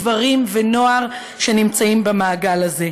גברים ונוער שנמצאים במעגל הזה.